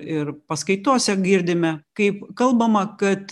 ir paskaitose girdime kaip kalbama kad